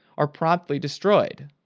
are promptly destroyed.